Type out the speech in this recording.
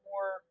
more